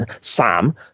sam